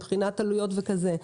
מבחינת עלויות וכדומה.